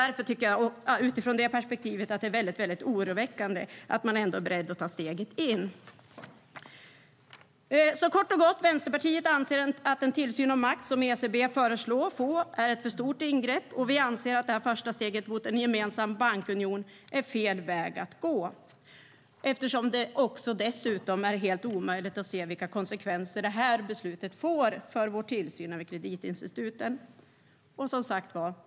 Utifrån det perspektivet tycker jag att det är mycket oroväckande att man är beredd att ta steget in. Kort och gott anser Vänsterpartiet att den tillsyn och makt som ECB föreslås få är ett för stort ingrepp. Vi anser att det här första steget mot en gemensam bankunion är fel väg att gå eftersom det är helt omöjligt att se vilka konsekvenser det här beslutet får för vår tillsyn över kreditinstituten.